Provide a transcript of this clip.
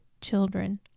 children